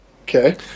Okay